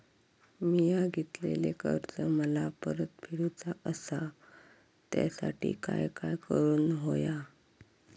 मिया घेतलेले कर्ज मला परत फेडूचा असा त्यासाठी काय काय करून होया?